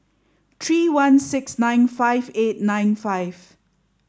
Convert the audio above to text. three one six nine five eight nine five